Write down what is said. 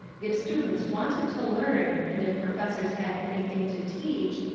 if students wanted to learn, and if professors had anything to teach,